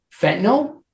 fentanyl